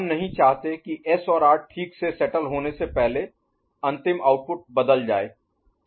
हम नहीं चाहते कि S और R ठीक से सेटल Settle व्यवस्थित होने से पहले अंतिम आउटपुट बदल जाए